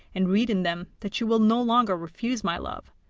and read in them that you will no longer refuse my love,